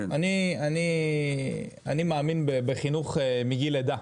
אני מאמין בחינוך מגיל לידה,